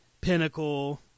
Pinnacle